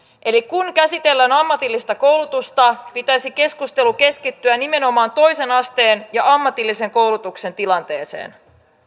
eli kun käsitellään ammatillista koulutusta pitäisi keskustelun keskittyä nimenomaan toisen asteen ja ammatillisen koulutuksen tilanteeseen